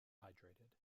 hydrated